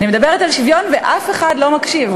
אני מדברת על שוויון ואף אחד לא מקשיב.